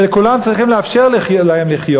ולכולם צריכים לאפשר לחיות,